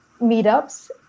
meetups